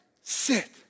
sit